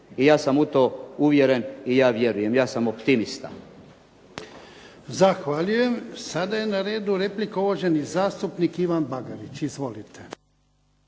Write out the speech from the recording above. I ja sam u to uvjeren i ja vjerujem, ja sam optimista. **Jarnjak, Ivan (HDZ)** Zahvaljujem. Sada je na redu replika, uvaženi zastupnik Ivan Bagarić. Izvolite.